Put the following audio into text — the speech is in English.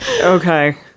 Okay